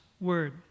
word